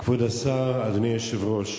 כבוד השר, אדוני היושב-ראש,